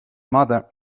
mother